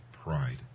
pride